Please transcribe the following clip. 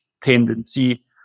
tendency